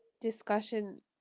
discussion